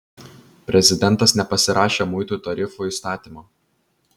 prezidentas nepasirašė muitų tarifų įstatymo